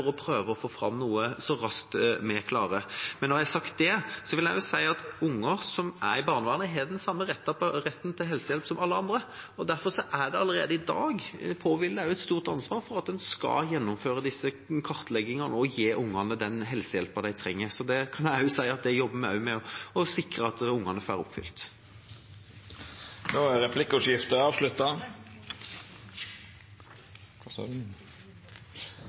å prøve å få fram noe så raskt vi klarer. Men når jeg har sagt det, vil jeg også si at unger i barnevernet har den samme retten til helsehjelp som alle andre. Derfor påhviler det en allerede i dag et stort ansvar for at en skal gjennomføre disse kartleggingene og gi ungene den helsehjelpa de trenger. Det kan jeg også si at vi jobber med å sikre at ungene får oppfylt. Dette er